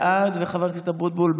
בעד וחבר הכנסת אבוטבול,